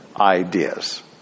ideas